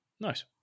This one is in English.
Nice